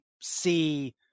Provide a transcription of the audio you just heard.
see